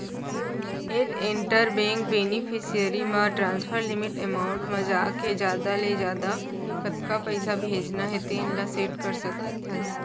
add interbank beneficiary म transfer limit amount म जाके जादा ले जादा कतका पइसा भेजना हे तेन ल सेट कर सकत हस